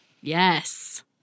Yes